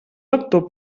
lector